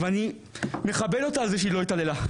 ואני מכבד אותה על זה שהיא לא התעללה,